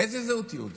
איזו זהות יהודית?